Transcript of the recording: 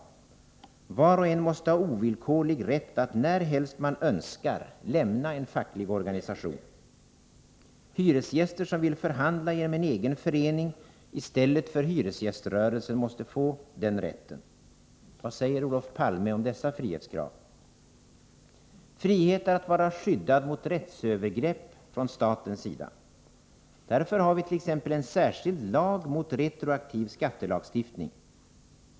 Var och en måste ha ovillkorlig rätt att närhelst man önskar lämna en facklig organisation. Hyresgäster som vill förhandla genom en egen förening i stället för hyresgäströrelsen måste få den rätten. Vad säger Olof Palme om dessa frihetskrav? Frihet är att vara skyddad mot rättsövergrepp från statsmakternas sida. Därför har vit.ex. en särskild lag mot retroaktiv skattelagstiftning.